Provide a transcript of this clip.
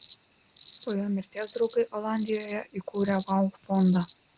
po jo mirties draugai olandijoje įkūrė vau fondą